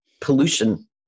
pollution